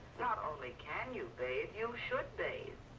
not only can you bathe, you should bathe.